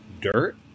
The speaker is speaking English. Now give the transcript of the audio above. dirt